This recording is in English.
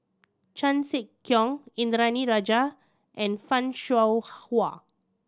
Chan Sek Keong Indranee Rajah and Fan Shao Hua